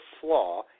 flaw